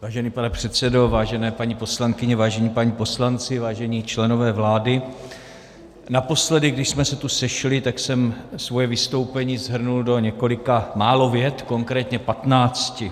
Vážený pane předsedo, vážené paní poslankyně, vážení páni poslanci, vážení členové vlády, naposledy, když jsme se tu sešli, tak jsem svoje vystoupení shrnul do několika málo vět, konkrétně patnácti.